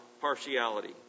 partiality